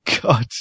God